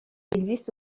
existe